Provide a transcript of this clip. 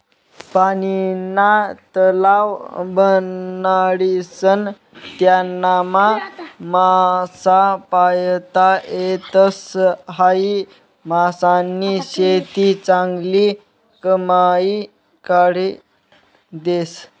पानीना तलाव बनाडीसन त्यानामा मासा पायता येतस, हायी मासानी शेती चांगली कमाई काढी देस